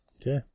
Okay